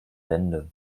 bände